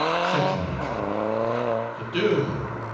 section marcher platoon,